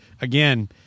again